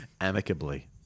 Amicably